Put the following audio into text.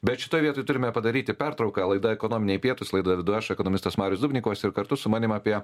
bet šitoj vietoj turime padaryti pertrauką laida ekonominiai pietūs laidą vedu aš ekonomistas marius dubnikovas ir kartu su manim apie